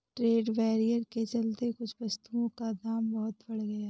trade barrier के चलते कुछ वस्तुओं का दाम बहुत बढ़ गया है